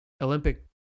Olympic